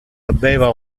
habeva